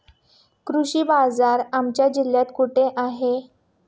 कृषी बाजार आमच्या जिल्ह्यात कुठे आहे?